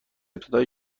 ابتدای